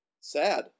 Sad